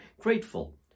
grateful